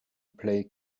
play